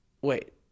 Wait